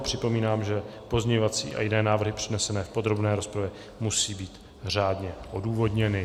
Připomínám, že pozměňovací a jiné návrhy přednesené v podrobné rozpravě musí být řádně odůvodněny.